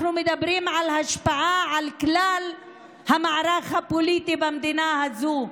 אנחנו מדברים על השפעה על כלל המערך הפוליטי במדינה הזאת,